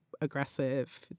aggressive